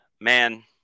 Man